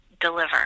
deliver